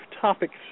topics